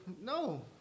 No